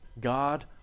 God